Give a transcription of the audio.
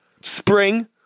spring